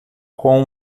com